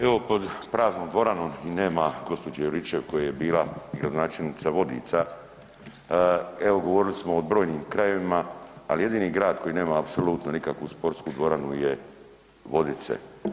Evo pred praznom dvoranom i nema gospođe Juričev koja je bila i gradonačelnica Vodica, evo govorili smo o brojnim krajevima, ali jedini grad koji nema apsolutno nikakvu sportsku dvoranu je Vodice.